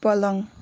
पलङ